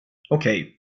okej